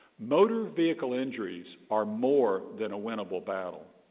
motor vehicle injuries are more than a winnable battle.